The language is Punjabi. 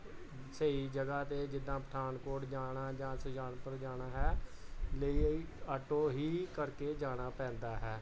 ਸਹੀ ਜਗ੍ਹਾ 'ਤੇ ਜਿੱਦਾਂ ਪਠਾਨਕੋਟ ਜਾਣਾ ਜਾਂ ਸੁਜਾਨਪੁਰ ਜਾਣਾ ਹੈ ਲਈ ਆਟੋ ਹੀ ਕਰਕੇ ਜਾਣਾ ਪੈਂਦਾ ਹੈ